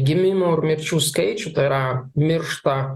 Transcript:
gimimų ir mirčių skaičių tai yra miršta